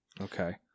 Okay